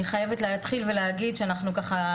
אני חייבת להתחיל ולהגיד שאנחנו ככה,